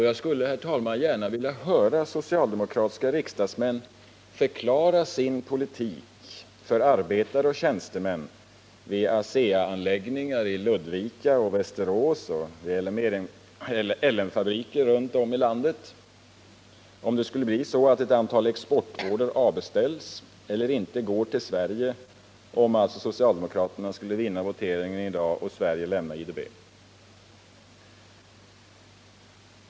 Jag skulle, herr talman, gärna vilja höra socialdemokratiska riksdagsmän förklara sin politik för arbetare och tjänstemän vid ASEA-anläggningar i Ludvika och Västerås och vid L M-fabriker runt om i landet om det skulle bli så att ett antal exportorder avbeställs eller inte går till Sverige — om alltså socialdemokraterna skulle vinna voteringen i dag och Sverige lämna IDB.